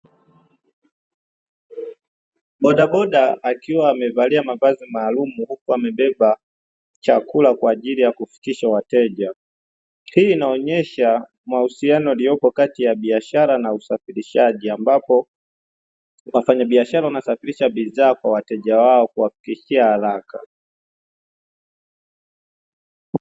Bodaboda akiwa amevalia mavazi maalumu huku amebeba chakula kwa ajili ya kufikisha wateja. Hii inaonyesha mahusiano yaliyopo kati ya biashara na usafirishaji ambapo wafanyabiashara wanasafirisha bidhaa kwa wateja wao kuwafikishia haraka.